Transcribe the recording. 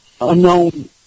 unknown